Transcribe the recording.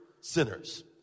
sinners